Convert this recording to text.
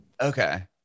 Okay